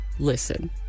Listen